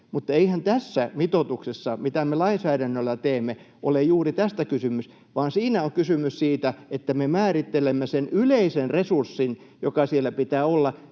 Mutta eihän tässä mitoituksessa, mitä me lainsäädännöllä teemme, ole juuri tästä kysymys, vaan siinä on kysymys siitä, että me määrittelemme sen yleisen resurssin, joka siellä pitää olla.